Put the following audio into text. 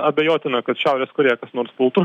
abejotina kad šiaurės korėją kas nors pultų